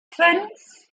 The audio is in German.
fünf